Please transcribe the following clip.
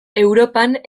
europan